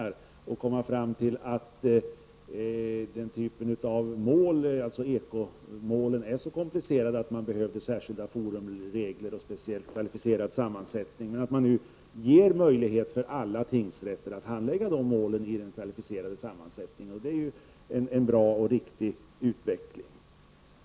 Man har kanske kommit fram till att ekomålen är så komplicerade att de kräver särskilda fora eller regler eller speciellt kvalificerad sammansättning men att man nu vill ge möjlighet för alla tingsrätter att med den kvalificerade sammansättningen handlägga dessa mål. Det är en bra och riktig utveckling.